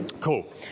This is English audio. Cool